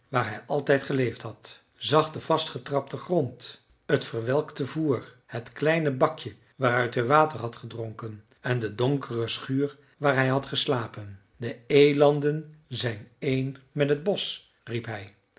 waar hij altijd geleefd had zag den vastgetrapten grond het verwelkte voer het kleine bakje waaruit hij water had gedronken en de donkere schuur waar hij had geslapen de elanden zijn één met het bosch riep hij